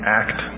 act